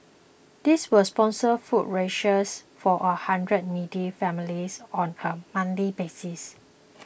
this will sponsor food rations for a hundred needy families on a monthly basis